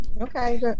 Okay